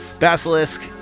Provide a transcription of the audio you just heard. Basilisk